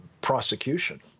prosecution